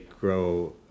grow